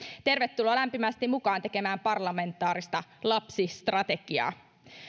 tervetuloa lämpimästi mukaan tekemään parlamentaarista lapsistrategiaa